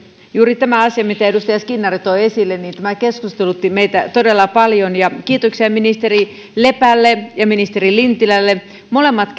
juuri tämä asia minkä edustaja skinnari toi esille keskustelutti meitä todella paljon kiitoksia ministeri lepälle ja ministeri lintilälle molemmat